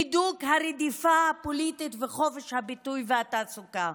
בהידוק הרדיפה הפוליטית וחופש הביטוי והתעסוקה.